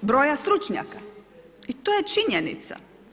broj stručnjaka i to je činjenica.